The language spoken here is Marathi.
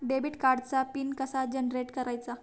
डेबिट कार्डचा पिन कसा जनरेट करायचा?